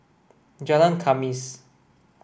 Jalan Khamis